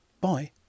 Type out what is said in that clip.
Bye